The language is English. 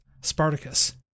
Spartacus